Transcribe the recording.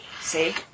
See